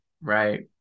Right